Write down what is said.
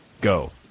Go